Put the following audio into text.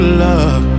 love